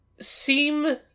seem